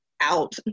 out